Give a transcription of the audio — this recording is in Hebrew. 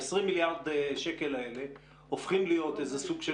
ה-20 מיליארד שקל האלה הופכים להיות איזה סוג של